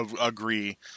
agree